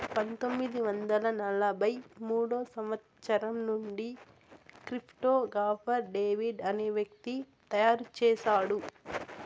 పంతొమ్మిది వందల ఎనభై మూడో సంవచ్చరం నుండి క్రిప్టో గాఫర్ డేవిడ్ అనే వ్యక్తి తయారు చేసాడు